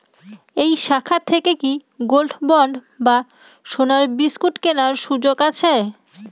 এই শাখা থেকে কি গোল্ডবন্ড বা সোনার বিসকুট কেনার সুযোগ আছে?